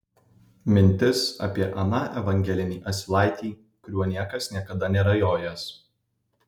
mintis apie aną evangelinį asilaitį kuriuo niekas niekada nėra jojęs